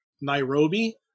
Nairobi